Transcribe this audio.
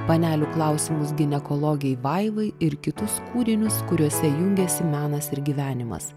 panelių klausimus ginekologei vaivai ir kitus kūrinius kuriuose jungiasi menas ir gyvenimas